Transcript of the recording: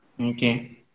Okay